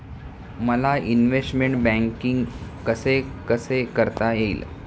मला investment banking कसे कसे करता येईल?